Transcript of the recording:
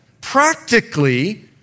Practically